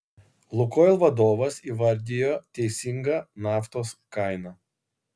lukoil vadovas įvardijo teisingą naftos kainą